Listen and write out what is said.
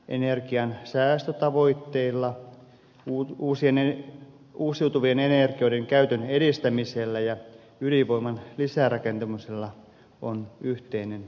energian säästötavoitteilla sisältyvillä energiansäästötavoitteilla uusiutuvien energioiden käytön edistämisellä ja ydinvoiman lisärakentamisella on yhteinen tavoite